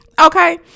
okay